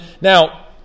now